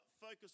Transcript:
focus